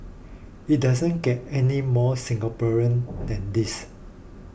it doesn't get any more Singaporean than this